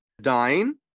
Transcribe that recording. dying